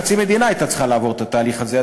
חצי מדינה הייתה צריכה לעבור את התהליך הזה,